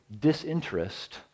disinterest